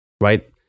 right